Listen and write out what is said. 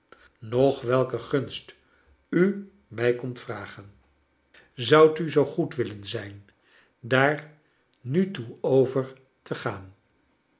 noch welke gunst u mij komt vrakleine dokrit gen zoudt u zoo goed willen zijn daar nu toe over te gaan